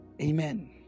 Amen